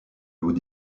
haut